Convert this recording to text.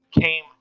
came